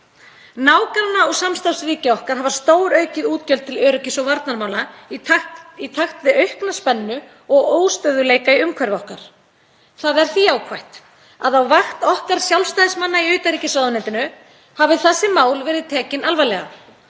Nágranna- og samstarfsríki okkar hafa stóraukið útgjöld til öryggis- og varnarmála í takt við aukna spennu og óstöðugleika í umhverfi okkar. Það er því jákvætt að á vakt okkar Sjálfstæðismanna í utanríkisráðuneytinu hafi þessi mál verið tekin alvarlega.